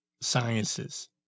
sciences